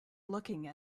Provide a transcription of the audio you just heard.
looking